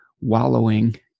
wallowing